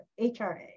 HRA